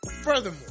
Furthermore